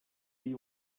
you